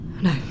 No